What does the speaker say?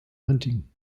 hunting